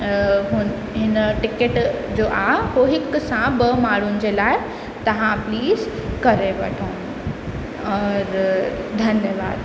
हिन टिकेट जो आहे हू हिक सां ॿ माण्हुनि जे लाइ तव्हां प्लीज़ करे वठो और धन्यवाद